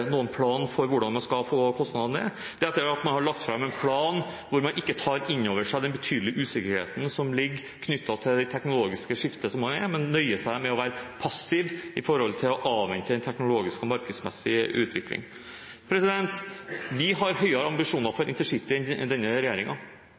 noen plan for hvordan man skal få kostnadene ned. Det er etter at man har lagt fram en plan hvor man ikke tar inn over seg den betydelige usikkerheten som ligger knyttet til det teknologiske skiftet, men nøyer seg med å være passiv med hensyn til å avvente den teknologiske og markedsmessige utviklingen. Vi har høyere ambisjoner for